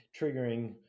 triggering